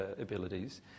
abilities